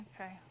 Okay